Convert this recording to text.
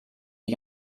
die